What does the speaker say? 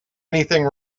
anything